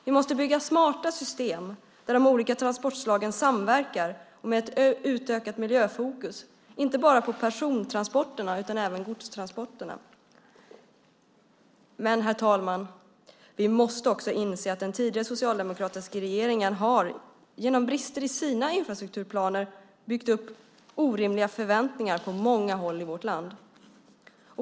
Vi måste bygga smarta system där de olika transportslagen samverkar, med ett utökat miljöfokus, inte bara på persontransporterna utan även på godstransporterna. Herr talman! Vi måste också inse att den tidigare socialdemokratiska regeringen genom brister i sina infrastrukturplaner byggt upp orimliga förväntningar på många håll i vårt land.